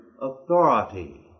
authority